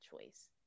choice